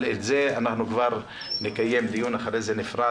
אבל על זה נקיים דיון נפרד,